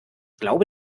glaube